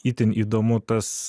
itin įdomu tas